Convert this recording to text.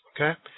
okay